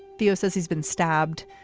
theo says he's been stabbed,